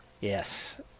Yes